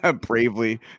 Bravely